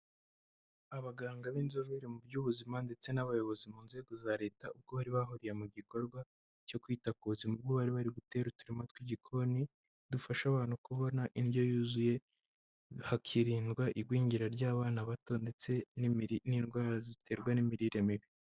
Abaganga b'inzobere mu by'ubuzima, ndetse n'abayobozi mu nzego za Leta, ubwo bari bahuriye mu gikorwa cyo kwita ku buzima, ubwo bari barimo gutera uturima tw'igikoni, dufasha abantu kubona indyo yuzuye, hakiririndwa igwingira ry'abana bato, ndetse n'indwara ziterwa n'imirire mibi.